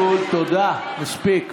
הוא לא סופר אתכם.